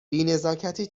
بینزاکتی